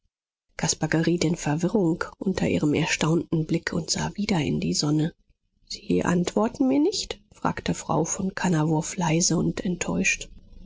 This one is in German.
geriet in verwirrung unter ihrem erstaunten blick und sah wieder in die sonne sie antworten mir nicht fragte frau von kannawurf leise und enttäuscht